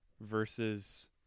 Versus